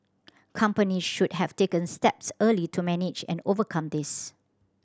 company should have taken steps early to manage and overcome this